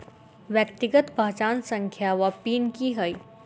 व्यक्तिगत पहचान संख्या वा पिन की है?